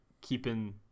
keeping